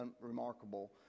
remarkable